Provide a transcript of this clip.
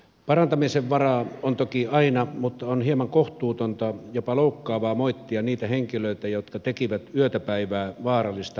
parantamisen varaa on toki aina mutta on hieman kohtuutonta jopa loukkaavaa moittia niitä henkilöitä jotka tekivät yötä päivää vaarallista raivaustyötä